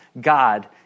God